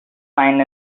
find